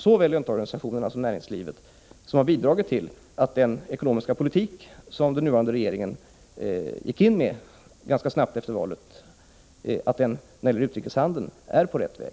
Såväl löntagarorganisationerna som näringslivet har alltså bidragit till att den ekonomiska politik som den nuvarande regeringen gick in med ganska snabbt efter valet har gjort att vi när det gäller utrikeshandeln är på rätt väg.